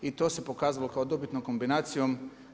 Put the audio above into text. I to se pokazalo kao dobitno kombinacijom.